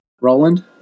Roland